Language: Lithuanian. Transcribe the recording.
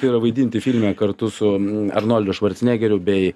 tai yra vaidinti filme kartu su arnoldu švarcnegeriu bei